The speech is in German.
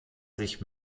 sich